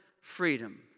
freedom